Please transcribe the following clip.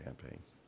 campaigns